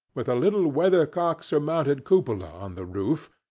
with a little weathercock-surmounted cupola, on the roof,